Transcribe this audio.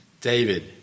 David